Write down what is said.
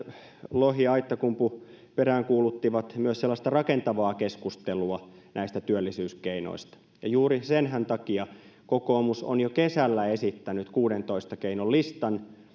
lohi ja aittakumpu peräänkuuluttivat myös sellaista rakentavaa keskustelua näistä työllisyyskeinoista juuri sen takia kokoomus on jo kesällä esittänyt kuudentoista keinon listan